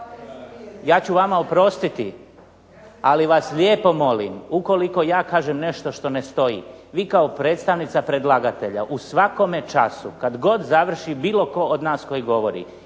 Ja ću vama oprostiti, ali vas lijepo molim ukoliko ja kažem nešto što ne stojim vi kao predstavnica predlagatelja u svakome času kad god završi bilo tko od nas koji govori